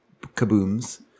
kabooms